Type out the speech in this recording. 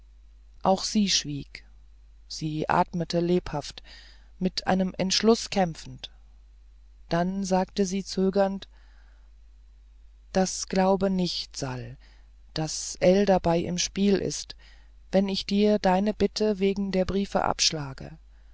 auch sie schwieg sie atmete lebhaft mit einem entschluß kämpfend dann sagte sie zögernd das glaube nicht sal daß ell dabei im spiel ist wenn ich dir deine bitte wegen der briefe abschlage